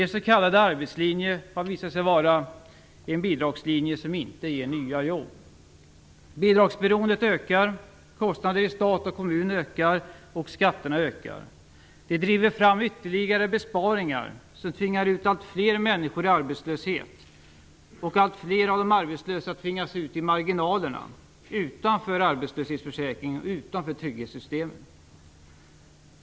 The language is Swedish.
Er s.k. arbetslinje har visat sig vara en bidragslinje som inte ger nya jobb. Bidragsberondet ökar, kostnaderna i stat och kommun ökar, och skatterna ökar. Det driver fram ytterligare besparingar som tvingar ut alltfler människor i arbetslöshet. Alltfler av de arbetslösa tvingas ut i marginalerna, utanför arbetslöshetsförsäkringen och utanför trygghetssystemen.